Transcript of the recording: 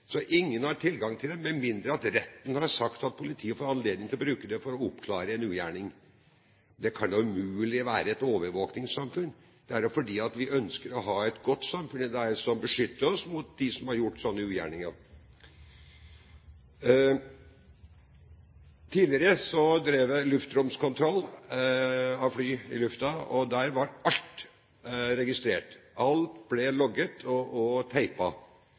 så ingen har tilgang til dem, med mindre retten har sagt at politiet får anledning til å bruke dem for å oppklare en ugjerning. Det kan da umulig være et overvåkningssamfunn. Det er da fordi vi ønsker å ha et godt samfunn som beskytter oss mot dem som har gjort sånne ugjerninger. Tidligere drev jeg luftromskontroll av fly i luften, og der var alt registrert. Alt ble logget og